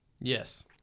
Yes